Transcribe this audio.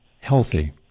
healthy